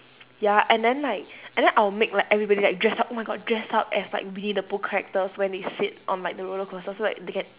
ya and then like and then I'll make like everybody like dress up oh my god dress up as like winnie the pooh characters when they sit on like the roller coaster so like they can